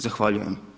Zahvaljujem.